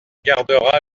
gardera